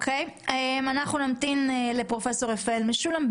אנחנו נמתין לפרופ' רפאל משולם.